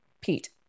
Pete